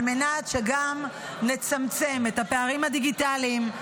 על מנת שגם נצמצם את הפערים הדיגיטאליים,